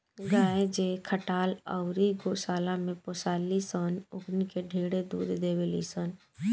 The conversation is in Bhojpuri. गाय जे खटाल अउरी गौशाला में पोसाली सन ओकनी के ढेरे दूध देवेली सन